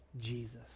Jesus